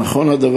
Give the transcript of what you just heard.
1. האם נכון הדבר?